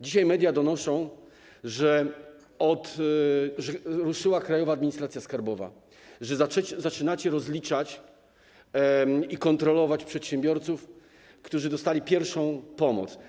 Dzisiaj media donoszą, że ruszyła Krajowa Administracja Skarbowa, że zaczynacie rozliczać i kontrolować przedsiębiorców, którzy dostali pierwszą pomoc.